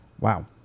Wow